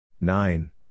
Nine